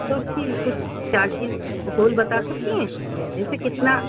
اچھا اس کی کچھ چارجز ہول بتا سکتی ہیں جیسے کتنا